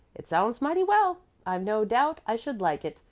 it sounds mighty well i've no doubt i should like it.